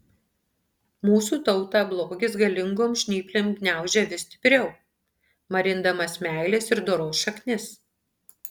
mūsų tautą blogis savo galingom žnyplėm gniaužia vis stipriau marindamas meilės ir doros šaknis